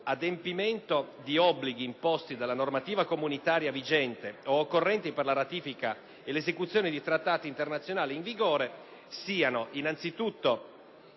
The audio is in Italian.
adempimento di obblighi imposti dalla normativa comunitaria vigente o occorrenti per la ratifica e l'esecuzione di trattati internazionali in vigore siano innanzitutto